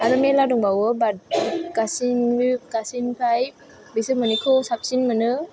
आरो मेल्ला दंबावो बात गासिनिफ्राय बेसोर मोननैखौ साबसिन मोनो